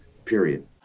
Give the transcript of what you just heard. period